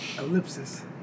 Ellipsis